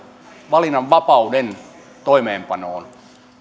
valinnanvapauden toimeenpanoon